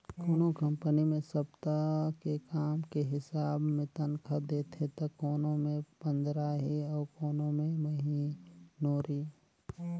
कोनो कंपनी मे सप्ता के काम के हिसाब मे तनखा देथे त कोनो मे पंदराही अउ कोनो मे महिनोरी